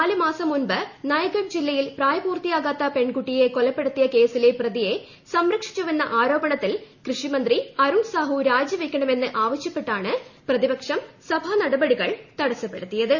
നാലു മാസം ്മുമ്പ് നയഗഡ് ജില്ലയിൽ പ്രായപൂർത്തിയാകാത്ത പ്പെൺകുട്ടിയെ കൊലപ്പെടുത്തിയ കേസിലെ പ്രതിയെ സ്ട്രക്ഷിച്ചുവെന്ന ആരോപണത്തിൽ കൃഷിമന്ത്രി അരുൺ ഡ്സാഹു രാജിവയ്ക്കണമെന്ന് ആവശ്യപ്പെട്ടാണ് പ്രപ്പതിപക്ഷം സഭാഗം നടപടികൾ തടസ്സപ്പെടുത്തിയത്